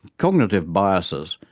cognitive biases,